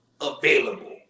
available